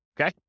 Okay